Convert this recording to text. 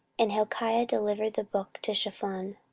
and hilkiah delivered the book to shaphan.